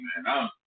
man